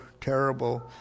terrible